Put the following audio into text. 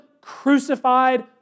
crucified